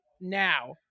now